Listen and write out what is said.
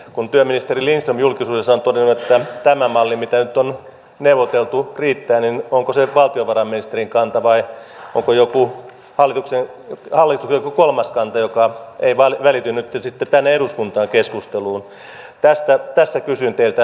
kun työministeri lindström julkisuudessa on todennut että tämä malli mitä nyt on neuvoteltu riittää niin onko se valtiovarainministerin kanta vai onko hallituksella joku kolmas kanta joka ei välity nytten sitten tänne eduskunnan keskusteluun